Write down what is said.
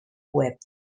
web